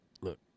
look